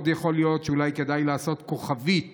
יכול מאוד להיות שאולי כדאי לעשות כוכבית